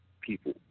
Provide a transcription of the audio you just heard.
people